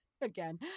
Again